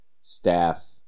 staff